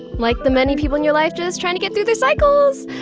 like the many people in your life just tryna get through their cycles!